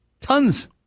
Tons